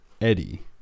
Eddie